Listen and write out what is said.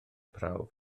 prawf